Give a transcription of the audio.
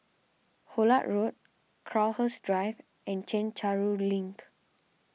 Hullet Road Crowhurst Drive and Chencharu Link